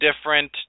different